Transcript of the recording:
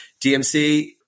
DMC